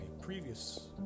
previous